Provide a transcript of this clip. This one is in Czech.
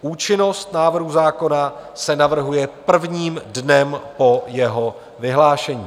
Účinnost návrhu zákona se navrhuje prvním dnem po jeho vyhlášení.